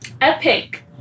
Epic